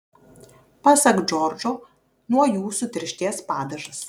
pasak džordžo nuo jų sutirštės padažas